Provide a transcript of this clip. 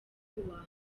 uwa